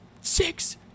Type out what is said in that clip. six